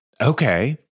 Okay